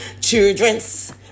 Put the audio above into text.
childrens